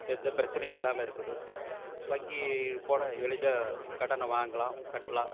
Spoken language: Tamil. எந்த பிரச்சனையும் இல்லாமல் இருக்குது வங்கி போட எளிதாக கடனை வாங்கலாம் கட்டலாம்